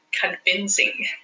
convincing